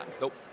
Nope